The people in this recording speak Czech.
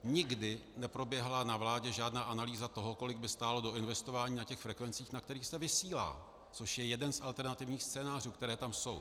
Nikdy neproběhla na vládě žádná analýza toho, kolik by stálo doinvestování na frekvencích, na kterých se vysílá, což je jeden z alternativních scénářů, které tam jsou.